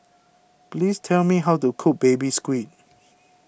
please tell me how to cook Baby Squid